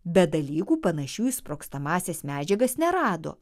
bet dalykų panašių į sprogstamąsias medžiagas nerado